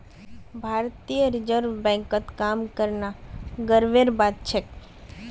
भारतीय रिजर्व बैंकत काम करना गर्वेर बात छेक